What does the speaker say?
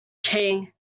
king